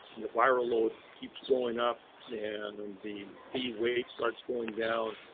your viral loads keeps going up, then and the bee weight starts going down.